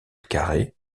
carrée